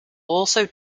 also